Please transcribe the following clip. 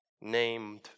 named